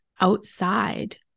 outside